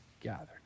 gathered